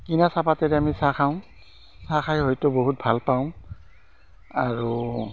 কিনা চাহপাতেৰে আমি চাহ খাওঁ চাহ খাই হয়তো বহুত ভালপাওঁ আৰু